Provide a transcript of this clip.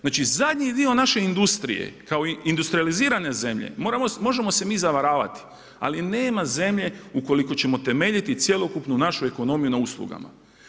Znači zadnji dio naše industrije, kao industrijalizirane zemlje, možemo se mi zavaravati, ali nema zemlje, ukoliko ćemo temeljiti cjelokupnu našu ekonomiju na uslugama.